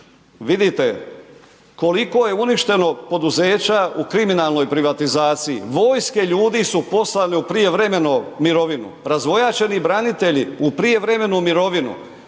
Vidite koliko je uništeno poduzeća u kriminalnoj privatizaciji, vojske ljudi su poslani u prijevremenu mirovinu, razvojačeni branitelji u prijevremenu mirovinu,